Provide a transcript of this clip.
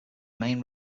main